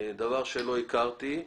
דבר שלא הכרתי.